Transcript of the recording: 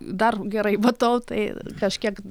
dar gerai matau tai kažkiek